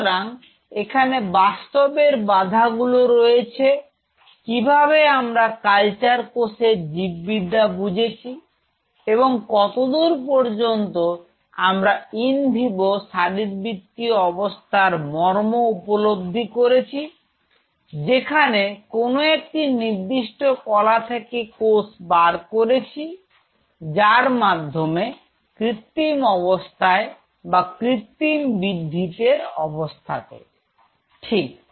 সুতরাং এখানে বাস্তবের বাধাগুলো রয়েছে কিভাবে আমরা কালচার কোষের জীব বিদ্যা বুঝেছি এবং কতদূর পর্যন্ত আমরা ইনভিভো শারীরবৃত্তীয় অবস্থার মর্ম উপলব্ধি করেছি যেখানে কোনো একটি নির্দিষ্ট কলা থেকে কোষ বার করেছি যার মাধ্যমে কৃত্তিম অবস্থায় বা কৃত্রিম বৃদ্ধির অবস্থাতে ঠিক